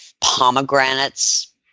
pomegranates